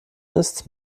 ist